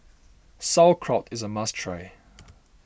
Sauerkraut is a must try